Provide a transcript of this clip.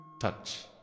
touch